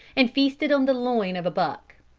and feasted on the loin of a buck.